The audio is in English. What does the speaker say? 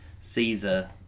Caesar